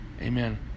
Amen